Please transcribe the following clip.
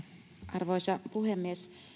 arvoisa puhemies